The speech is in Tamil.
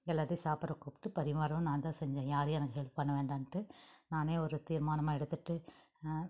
எல்லாத்தையும் சாப்பிட கூப்பிடு பரிமாறவும் நான்தான் செஞ்சேன் யாரும் எனக்கு ஹெல்ப் பண்ண வேண்டாம்ட்டு நானே ஒரு தீர்மானம் எடுத்துகிட்டு